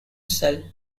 cell